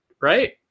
right